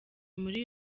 muri